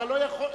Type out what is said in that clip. אתה לא יכול.